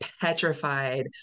petrified